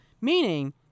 Meaning